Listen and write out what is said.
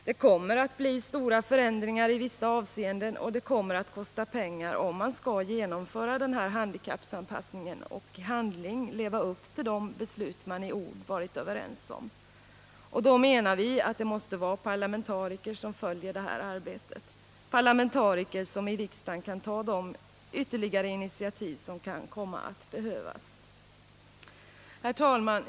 Det kommer att bli stora förändringar i vissa avseenden, och det kommer att kosta pengar om man skall genomföra denna handikappanpassning och i handling leva upp till de beslut man i ord varit överens om. Då menar vi att det måste vara parlamentariker som följer detta arbete — parlamentariker som i riksdagen kan ta de ytterligare initiativ som kan behövas. Herr talman!